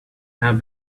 have